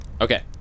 Okay